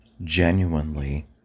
Genuinely